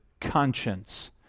conscience